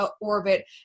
orbit